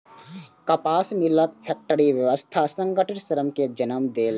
कपास मिलक फैक्टरी व्यवस्था संगठित श्रम कें जन्म देलक